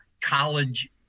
college